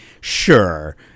sure